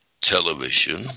television